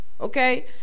Okay